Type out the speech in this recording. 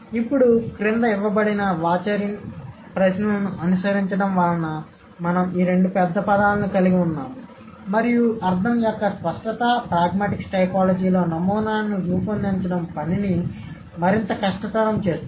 ఇప్పుడు క్రింద ఇవ్వబడిన వాచెరిన్ ప్రశ్నలను అనుసరించడం వలన మేము ఈ రెండు పెద్ద పదాలను కలిగి ఉన్నాము మరియు అర్థం యొక్క స్పష్టత ప్రాగ్మాటిక్స్ టైపోలాజీలో నమూనాను రూపొందించడం పనిని మరింత కష్టతరం చేస్తుంది